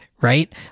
right